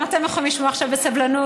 גם אתם יכולים לשמוע עכשיו בסבלנות,